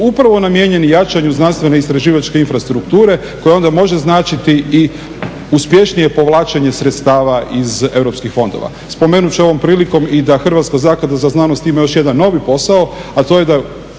upravo namijenjeni jačanju znanstveno-istraživačke infrastrukture koja onda može značiti i uspješnije povlačenje sredstava iz europskih fondova. Spomenut ću ovom prilikom i da Hrvatska zaklada za znanost ima još jedan novi posao, a to je da